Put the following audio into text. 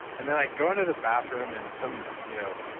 and then i go into the bathroom and some you know